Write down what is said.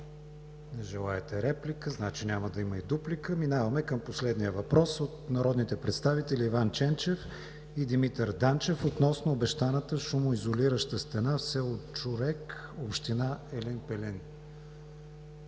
не желаете реплика, значи няма да има и дуплика. Преминаваме към последния въпрос от народните представители Иван Ченчев и Димитър Данчев относно обещаната шумоизолираща стена в село Чурек, община Елин Пелин.